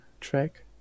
track